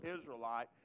Israelite